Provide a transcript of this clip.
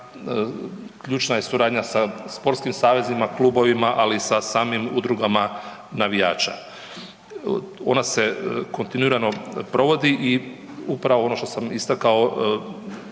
ključna je suradnja sa sportskim savezima, klubovima, ali i sa samim udrugama navijača. Ona se kontinuirano provodi i upravo ono što sam istakao,